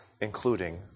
including